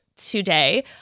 today